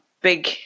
big